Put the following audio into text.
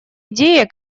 идея